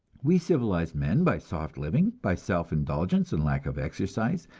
we civilized men, by soft living, by self-indulgence and lack of exercise,